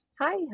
Hi